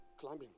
climbing